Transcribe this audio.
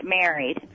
married